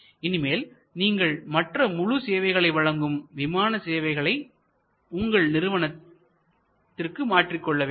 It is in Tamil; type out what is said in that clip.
இனிமேல் நீங்கள் மற்ற முழு சேவைகளை வழங்கும் விமான சேவைகளாக உங்கள் நிறுவனத்தை மாற்றிக் கொள்ள வேண்டும்